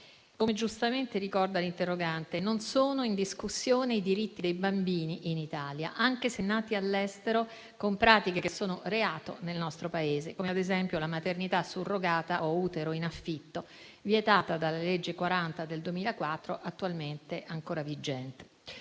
Come giustamente ricorda l'interrogante, non sono in discussione i diritti dei bambini in Italia, anche se nati all'estero con pratiche che sono reato nel nostro Paese, come ad esempio la maternità surrogata (o utero in affitto), vietata dalla legge n. 40 del 2004, attualmente ancora vigente.